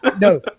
No